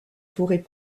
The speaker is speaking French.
forêts